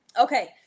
Okay